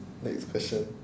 next question